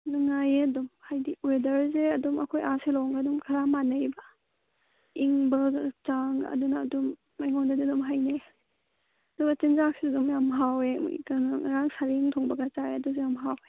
ꯅꯨꯡꯉꯥꯏꯌꯦ ꯑꯗꯨꯝ ꯍꯥꯏꯗꯤ ꯋꯦꯗꯔꯁꯦ ꯑꯗꯨꯝ ꯑꯩꯈꯣꯏ ꯑꯥ ꯁꯤꯜꯂꯣꯡꯒ ꯑꯗꯨꯝ ꯈꯔ ꯃꯥꯟꯅꯩꯌꯦꯕ ꯏꯪꯕ ꯆꯥꯡ ꯑꯗꯨꯅ ꯑꯗꯨꯝ ꯑꯩꯉꯣꯟꯗꯗꯤ ꯑꯗꯨꯝ ꯍꯩꯅꯩ ꯑꯗꯨꯒ ꯆꯤꯟꯖꯥꯛꯁꯨ ꯑꯗꯨꯝ ꯌꯥꯝ ꯍꯥꯎꯋꯦ ꯀꯩꯅꯣ ꯉꯔꯥꯡ ꯁꯥꯔꯦꯡ ꯊꯣꯡꯕꯒ ꯆꯥꯔꯦ ꯑꯗꯨꯁꯨ ꯌꯥꯝ ꯍꯥꯎꯋꯦ